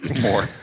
More